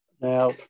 Now